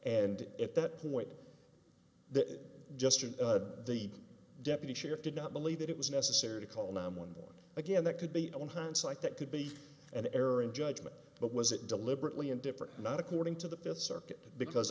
and if that point that just the deputy sheriff did not believe that it was necessary to call nine one one again that could be one hindsight that could be an error in judgment but was it deliberately indifferent not according to the fifth circuit because